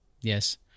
Yes